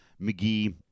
McGee